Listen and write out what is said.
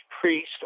priest